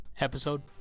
episode